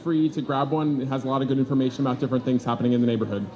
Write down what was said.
free to grab one that has a lot of good information about different things happening in the neighborhood